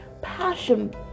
passion